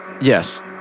Yes